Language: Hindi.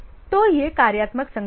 तो यह कार्यात्मक संगठन है